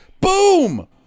boom